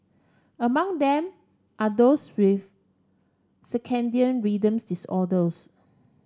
among them are those with circadian rhythm disorders